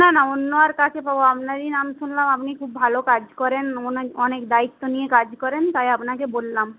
না না অন্য আর কাকে পাব আপনারই নাম শুনলাম আপনি খুব ভালো কাজ করেন অনেক দায়িত্ব নিয়ে কাজ করেন তাই আপনাকে বললাম